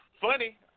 funny